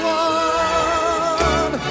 one